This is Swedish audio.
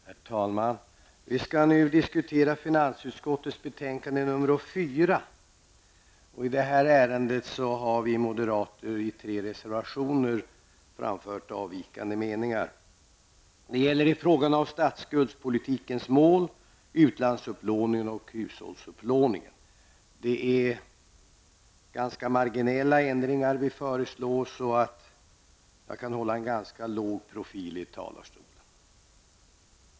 Herr talman! Vi skall nu diskutera finansutskottets betänkande nr 4. I detta ärende har vi moderater i tre reservationer framfört avvikande meningar. Det gäller statsskuldspolitikens mål, utlandsupplåningen och hushållsupplåningen. Det är ganska marginella ändringar vi föreslår, så jag kan därför hålla en ganska låg profil i talarstolen.